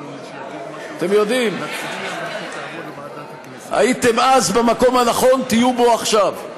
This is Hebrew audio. אתם יודעים, הייתם אז במקום הנכון, תהיו בו עכשיו.